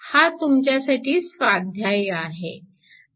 हा तुमच्यासाठी स्वाध्याय आहे